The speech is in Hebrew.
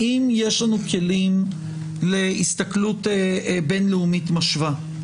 האם יש לנו כלים להסתכלות בין-לאומית משווה?